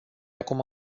acum